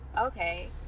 okay